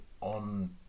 on